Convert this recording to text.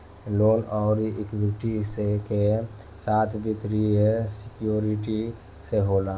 loan अउर equity के साथ वित्तीय सिक्योरिटी से होला